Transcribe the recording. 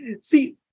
see